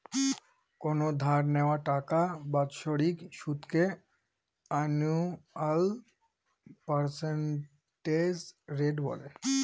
কোনো ধার নেওয়া টাকার বাৎসরিক সুদকে আনুয়াল পার্সেন্টেজ রেট বলে